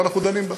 ואנחנו דנים בה.